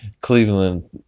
cleveland